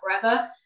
forever